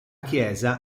chiesa